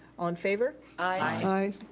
all in favor? aye.